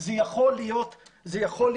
זה יכול להיות אחרת,